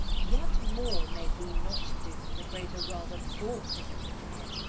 what more may he not do when the greater world of thought is open to him.